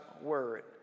Word